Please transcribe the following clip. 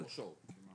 לא שעות.